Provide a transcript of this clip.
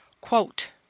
quote